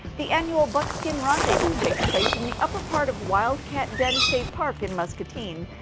the annual buckskin rendezvous takes place in the upper part of wildcat den state park, in muscatine.